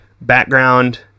background